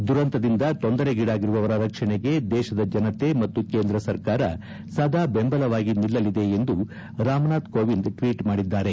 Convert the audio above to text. ದುರಂತದಿಂದ ತೊಂದರೆಗೀಡಾಗಿರುವವರ ರಕ್ಷಣೆಗೆ ದೇತದ ಜನತೆ ಮತ್ತು ಕೇಂದ್ರ ಸರ್ಕಾರ ಸದಾ ಬೆಂಬಲವಾಗಿ ನಿಲ್ಲಲಿದೆ ಎಂದು ರಾಮನಾಥ್ ಕೋವಿಂದ್ ಟ್ವೀಟ್ ಮಾಡಿದ್ದಾರೆ